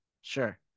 sure